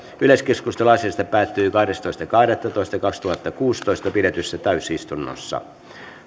yleiskeskustelu asiasta päättyi kahdestoista kahdettatoista kaksituhattakuusitoista pidetyssä kolmannessa täysistunnossa